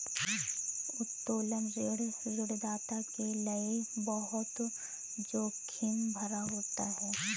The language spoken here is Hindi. उत्तोलन ऋण ऋणदाता के लये बहुत जोखिम भरा होता है